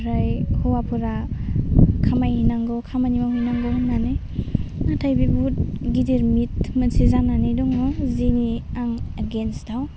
ओमफ्राय हौवाफोरा खामायहैनांगौ खामानि मावहैनांगौ होन्नानै नाथाइ बे बहुथ गिदिर मिथ मोनसे जानानै दङ जिनि आं एगेनस्टआव